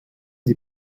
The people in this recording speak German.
die